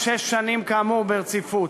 מהן שש שנים, כאמור, ברציפות.